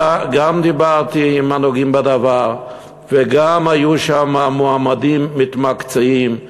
דיברתי עם הנוגעים בדבר והיו שם גם מועמדים מתמקצעים,